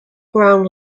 ground